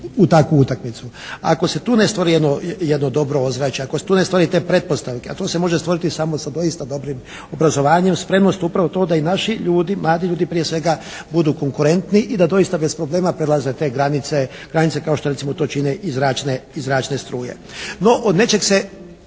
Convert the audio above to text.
u takvu utakmicu. Ako se tu ne stvori jedno dobro ozračje, ako se tu ne stvore te pretpostavke, a to se može stvoriti samo sa doista dobrim obrazovanjem, spremnost upravo je u tom da i naši ljudi, mladi ljudi prije svega budu konkurentni i da doista bez problema prelaze te granice kao što recimo to čine i zračne struje.